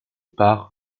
par